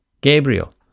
Gabriel